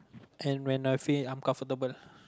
and when I feel uncomfortable